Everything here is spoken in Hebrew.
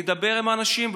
לדבר עם האנשים,